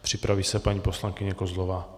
Připraví se paní poslankyně Kozlová.